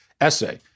essay